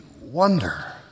wonder